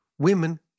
Women